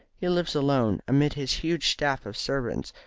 he lives alone, amid his huge staff of servants.